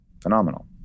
phenomenal